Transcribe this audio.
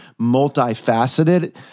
multifaceted